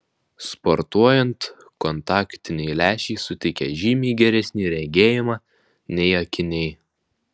sportuojant kontaktiniai lęšiai suteikia žymiai geresnį regėjimą nei akiniai